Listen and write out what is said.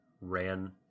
ran